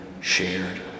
shared